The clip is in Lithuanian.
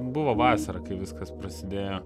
buvo vasara kai viskas prasidėjo